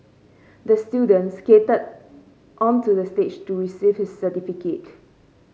the student skated onto the stage to receive his certificate